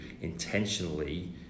intentionally